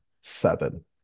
Seven